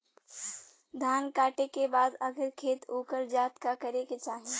धान कांटेके बाद अगर खेत उकर जात का करे के चाही?